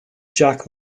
jack